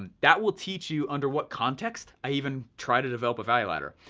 and that will teach you under what context i even try to develop a value ladder.